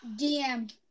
DM